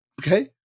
Okay